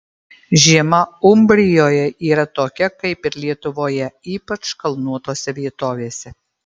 žiema umbrijoje yra tokia kaip ir lietuvoje ypač kalnuotose vietovėse